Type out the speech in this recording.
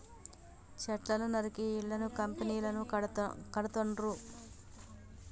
చెట్లను నరికి ఇళ్లను కంపెనీలను కడుతాండ్రు